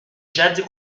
jadis